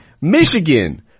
Michigan